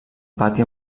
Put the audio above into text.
pati